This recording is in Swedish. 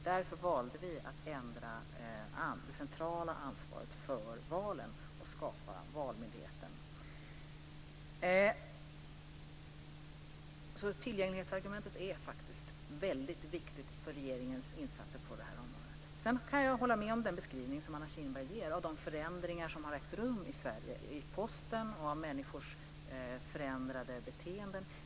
Därför valde vi att ändra det centrala ansvaret för valen och att skapa Valmyndigheten. Tillgänglighetsargumentet är alltså väldigt viktigt för regeringens insatser på det här området. Sedan kan jag instämma i den beskrivning som Anna Kinberg gör av de förändringar som har ägt rum i Sverige, förändringar i Postens organisation och i människors beteenden.